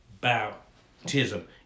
baptism